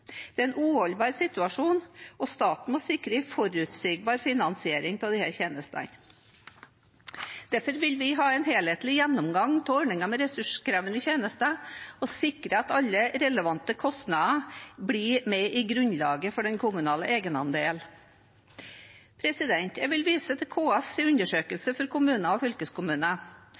Det er en uholdbar situasjon. Staten må sikre en forutsigbar finansiering av disse tjenestene. Derfor vil vi ha en helhetlig gjennomgang av ordningen med ressurskrevende tjenester og sikre at alle relevante kostnader blir med i grunnlaget for den kommunale egenandelen. Jeg vil vise til KS’ undersøkelse for kommuner og fylkeskommuner.